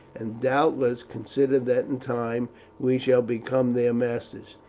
and doubtless consider that in time we shall become their masters.